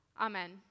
Amen